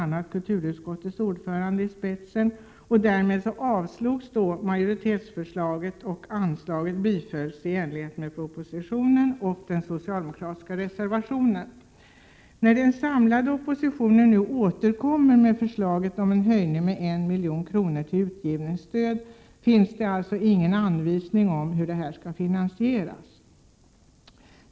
kulturutskottets ordförande, upp sig i två läger, och därmed avslogs majoritetsförslaget och anslaget beviljades i enlighet med propositionen och den socialdemokratiska reservationen. När den samlade oppositionen nu återkommer med förslaget om en höjning med 1 milj.kr. av utgivningsstödet, finns det alltså ingen anvisning om hur detta skall finansieras.